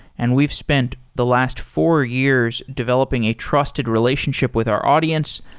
and we've spent the last four years developing a trusted relationship with our audience.